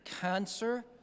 cancer